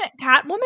catwoman